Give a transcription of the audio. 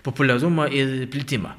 populiarumą ir plitimą